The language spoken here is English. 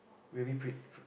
really pret